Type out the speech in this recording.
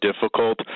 difficult